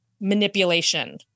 manipulation